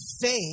faith